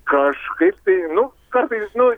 kažkaip tai nu kartais nu